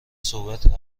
صحبت